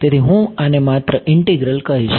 તેથી હું આને માત્ર આ ઇન્ટિગ્રલ કહીશ